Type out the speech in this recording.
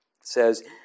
says